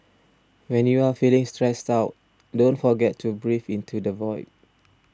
when you are feeling stressed out don't forget to breathe into the void